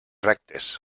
rectes